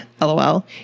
lol